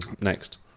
next